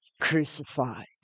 crucified